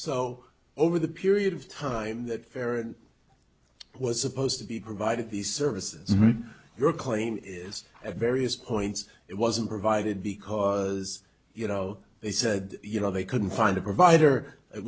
so over the period of time that ferrand it was supposed to be providing these services your claim is at various points it wasn't provided because you know they said you know they couldn't find a provider